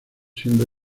siendo